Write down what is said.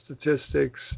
Statistics